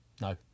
No